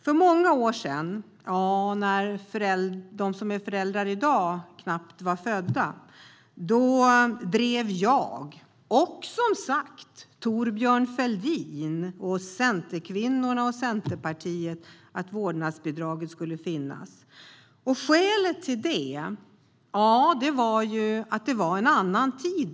För många år sedan, när de som blir föräldrar i dag knappt var födda, drev jag och, som sagt, Thorbjörn Fälldin, Centerkvinnorna och Centerpartiet att vårdnadsbidraget skulle finnas. Skälet till det var att det då var en annan tid.